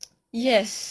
yes